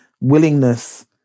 willingness